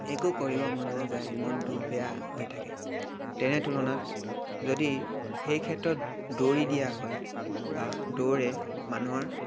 একো কৰিব মন নাযায় মনটো বেয়া হৈ থাকে তেনে তুলনাত যদি সেই ক্ষেত্ৰত দৌৰি দিয়া হয় বা দৌৰে মানুহৰ